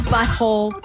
Butthole